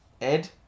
Ed